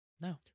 No